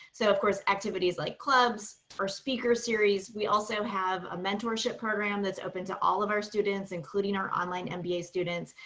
so of course, activities like clubs or speaker series. we also have a mentorship program that's open to all of our students, including our online mba students.